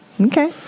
Okay